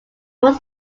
was